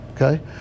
Okay